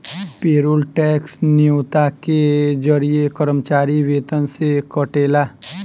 payroll tax न्योता के जरिए कर्मचारी वेतन से कटेला